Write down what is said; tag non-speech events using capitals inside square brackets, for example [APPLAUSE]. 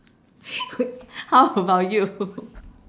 [LAUGHS] how about you [LAUGHS]